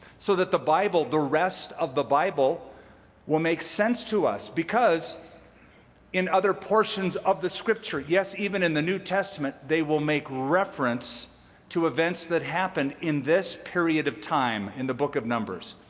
so that the bible, the rest of the bible will make sense to us. because in other portions of the scripture, yes, even in the new testament, they will make reference to events that happened in this period of time in the book of numbers,